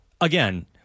again